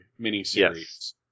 miniseries